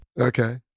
Okay